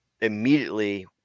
immediately